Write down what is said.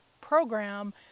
program